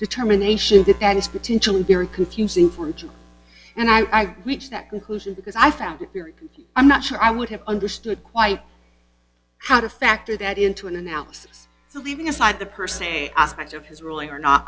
determination that that is potentially very confusing for you and i reached that conclusion because i found it very i'm not sure i would have understood quite how to factor that into an analysis so leaving aside the per se aspect of his ruling or not